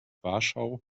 warschau